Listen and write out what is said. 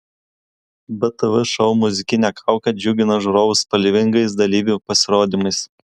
btv šou muzikinė kaukė džiugina žiūrovus spalvingais dalyvių pasirodymais